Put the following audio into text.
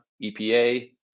EPA